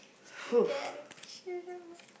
you get a push it over